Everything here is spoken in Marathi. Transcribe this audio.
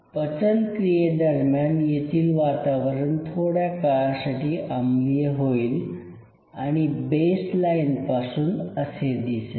पचन क्रियेदरम्यान येथील वातावरण थोड्या काळासाठी आम्लीय होईल म्हणजे बेस लाईनपासून असे दिसेल